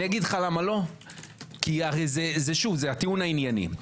כי זה הטיעון הענייני,